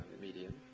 medium